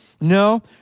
No